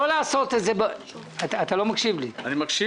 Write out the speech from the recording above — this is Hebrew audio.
אנחנו מבקשים